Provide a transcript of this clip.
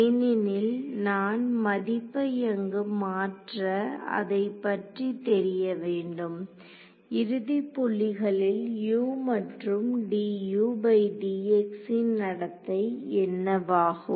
ஏனெனில் நான் மதிப்பை அங்கு மாற்ற அதை பற்றி தெரிய வேண்டும் இறுதிப் புள்ளிகளில் U மற்றும் ன் நடத்தை என்னவாகும்